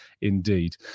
indeed